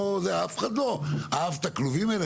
אף אחד לא אהב את הכלובים האלה.